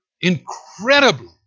incredibly